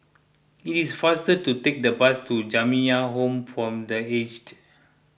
it is faster to take the bus to Jamiyah Home for the Aged